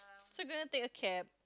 so you gonna take a cab